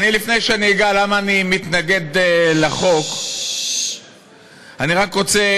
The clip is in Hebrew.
לפני שאגע למה אני מתנגד לחוק, אני רק רוצה